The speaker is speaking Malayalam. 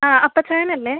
ആ അപ്പച്ചായനല്ലേ